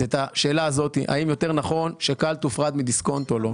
זה את השאלה האם יותר נכון ש-כאל תופרד מדיסקונט או לא.